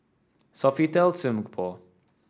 Sofitel Singapore